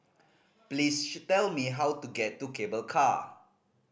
please tell me how to get to Cable Car